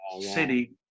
City